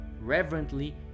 reverently